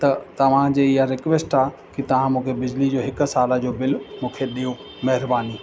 त तव्हांजे इहा रिक्वैस्ट आहे की तव्हां मूंखे बिजली जो हिकु साल जो बिल मूंखे ॾियो महिरबानी